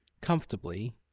comfortably